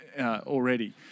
already